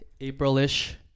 April-ish